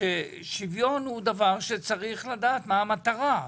ששווין הוא דבר שצריך לדעת מה המטרה.